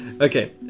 Okay